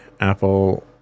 Apple